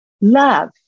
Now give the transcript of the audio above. Love